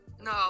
no